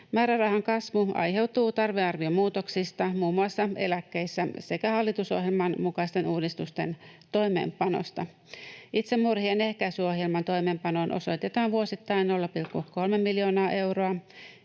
Määrärahan kasvu aiheutuu tarvearviomuutoksista muun muassa eläkkeissä sekä hallitusohjelman mukaisten uudistusten toimeenpanosta. Itsemurhien ehkäisyohjelman toimeenpanoon osoitetaan vuosittain 0,3 miljoonaa euroa.